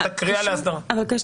מוסדר.